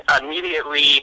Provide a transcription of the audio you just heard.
immediately